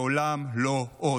לעולם לא עוד.